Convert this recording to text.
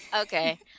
Okay